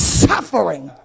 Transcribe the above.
suffering